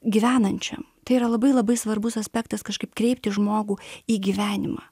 gyvenančiam tai yra labai labai svarbus aspektas kažkaip kreipti žmogų į gyvenimą